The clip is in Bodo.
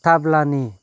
ताब्लानि